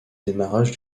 démarrage